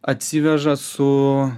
atsiveža su